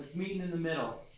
meet and in the middle.